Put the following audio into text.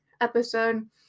episode